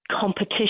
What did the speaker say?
competition